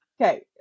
okay